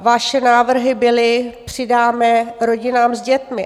Vaše návrhy byly přidáme rodinám s dětmi.